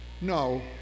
no